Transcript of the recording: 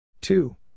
Two